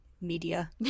media